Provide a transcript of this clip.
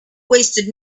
wasted